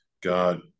God